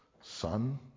son